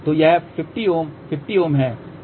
तो यह 50Ω 50Ω है जो कि 50 Ω है